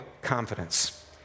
confidence